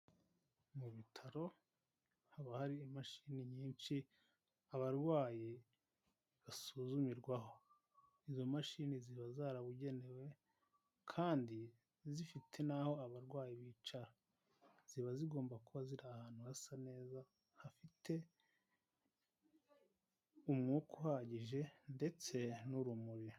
Mu bitaro haba hari imashini nyinshi abarwayi basuzumirwaho ,izo mashini ziba zarabugenewe kandi zifite n'aho abarwayi bicara ziba zigomba kuba ziri ahantu hasa neza hafite umwuka uhagije ndetse n'urumuri.